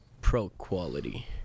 pro-quality